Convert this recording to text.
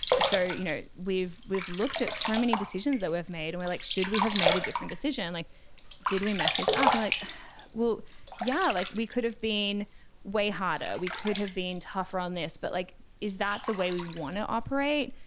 so you know we've we've looked at so many decisions that we've made and we like should we have made a different decision like did we mess this up. well yeah like we could have been way harder. we could have been tougher on this but like is that the way we want to operate.